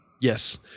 Yes